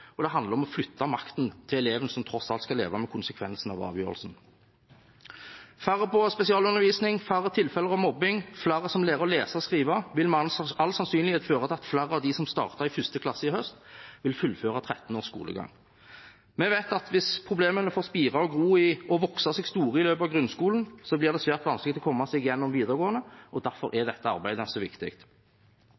og det handler om å flytte makten til eleven, som tross alt skal leve med konsekvensen av avgjørelsen. Færre på spesialundervisning, færre tilfeller av mobbing og flere som lærer å lese og skrive, vil med all sannsynlighet føre til at flere av dem som startet i 1. klasse i høst, vil fullføre 13 års skolegang. Vi vet at hvis problemene får spire, gro og vokse seg store i løpet av grunnskolen, blir det svært vanskelig å komme seg gjennom videregående. Derfor er